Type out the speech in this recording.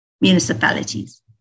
municipalities